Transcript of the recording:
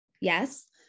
Yes